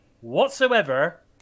whatsoever